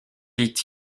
dit